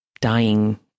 dying